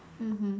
mmhmm